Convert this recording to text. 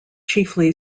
chiefly